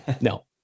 no